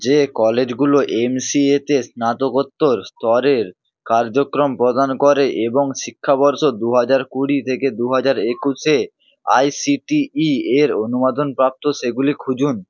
যে কলেজগুলো M C এতে স্নাতকোত্তর স্তরের কার্যক্রম প্রদান করে এবং শিক্ষাবর্ষ দু হাজার কুড়ি থেকে দু হাজার একুশে এ আই সি টি ইএর অনুমোদনপ্রাপ্ত সেগুলি খুঁজুন